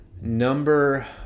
Number